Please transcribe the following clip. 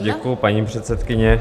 Děkuji, paní předsedkyně.